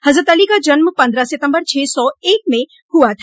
हज़रत अली का जन्म पन्द्रह सितम्बर छः सौ एक में हुआ था